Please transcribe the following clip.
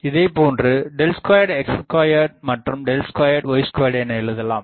இதே போன்று▼2 x2 மற்றும்▼2 y2 என எழுதலாம்